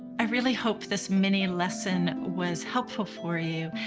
i really hope this mini and lesson was helpful for you.